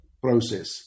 process